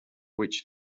which